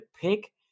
pick